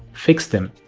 fix them,